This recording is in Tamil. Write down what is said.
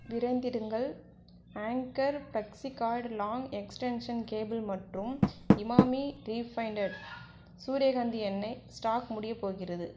விரைந்திடுங்கள் anchor flexicord long extension cable மற்றும் இமாமி ரீஃபைண்டட் சூரியகாந்தி எண்ணெய் ஸ்டாக் முடியப் போகிறது